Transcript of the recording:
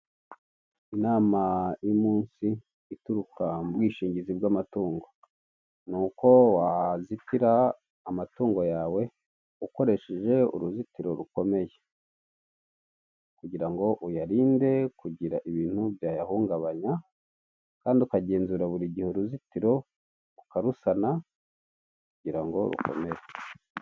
Inama y' umunsi ituruka mu bwishingizi bw' amatungo ni uko wazitira amatungo yawe ukoresheje uruzitiro rukomeye kugira ngo uyarinde kugira ibintu byayahungabanya kandi ukagenzura buri gihe uruzitiro ukarusana kugira ngo rukomere.